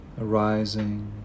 arising